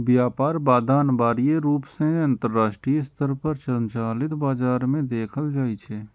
व्यापार बाधा अनिवार्य रूप सं अंतरराष्ट्रीय स्तर पर संचालित बाजार मे देखल जाइ छै